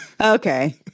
Okay